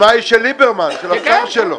חשבתי שתגיד שהיוזמה היא של ליברמן, של השר שלו.